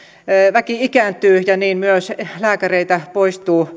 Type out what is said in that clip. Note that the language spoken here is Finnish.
väki ikääntyy ja niin myös lääkäreitä poistuu eläkkeelle